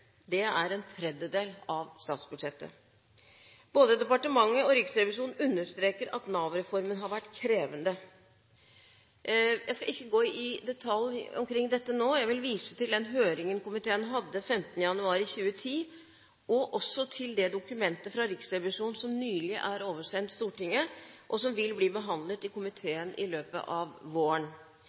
Det er en tredjedel av statsbudsjettet. Både departementet og Riksrevisjonen understreker at Nav-reformen har vært krevende. Jeg skal ikke gå i detalj omkring dette nå. Jeg vil vise til den høringen komiteen hadde 15. januar i 2010, og også til det dokumentet fra Riksrevisjonen som nylig er oversendt Stortinget, og som vil bli behandlet i komiteen i løpet av våren.